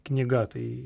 knyga tai